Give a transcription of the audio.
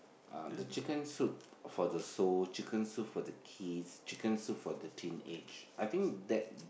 um the chicken soup for the soul chicken soup for the kids chicken soup for the teenage I think that